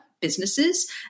businesses